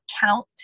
count